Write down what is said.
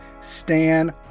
Stan